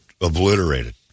obliterated